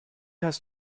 heißt